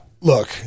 look